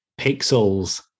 Pixels